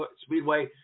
Speedway